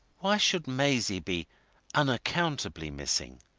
why should maisie be unaccountably missing?